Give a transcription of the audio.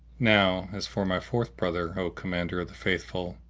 now as for my fourth brother, o commander of the faithful,